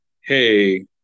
hey